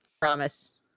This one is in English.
Promise